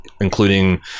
including